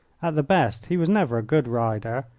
at the best he was never a good rider.